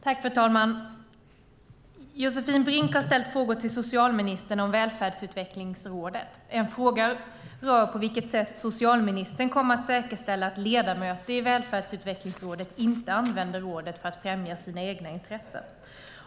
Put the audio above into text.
Fru talman! Josefin Brink har ställt frågor till socialministern om Välfärdsutvecklingsrådet. En fråga rör på vilket sätt socialministern kommer att säkerställa att ledamöter i Välfärdsutvecklingsrådet inte använder rådet för att främja sina egna intressen.